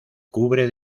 cubre